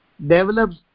develops